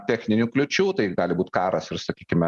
techninių kliūčių tai gali būti karas ir sakykime